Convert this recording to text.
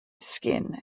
skin